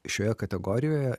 šioje kategorijoje